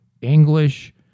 English